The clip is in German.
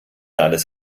alles